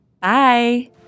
Bye